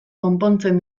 konpontzen